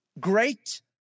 great